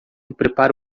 prepara